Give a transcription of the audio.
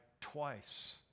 twice